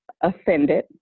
offended